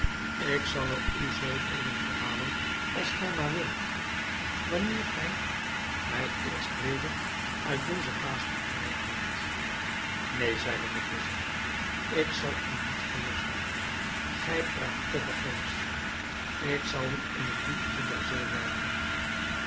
ik zal er u zoo velen verhalen als gij maar wilt wanneer gij mij eerst weder uit deze vaas bevrijd hebt neen zeide de visscher ik zal u niet verlossen gij praat te vergeefs ik zal u in het diepste der zee werpen